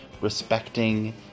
respecting